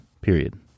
period